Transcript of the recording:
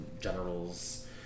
generals